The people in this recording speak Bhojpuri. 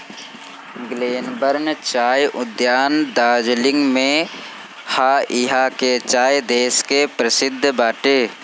ग्लेनबर्न चाय उद्यान दार्जलिंग में हअ इहा के चाय देश के परशिद्ध बाटे